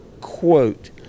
quote